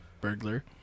burglar